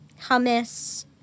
hummus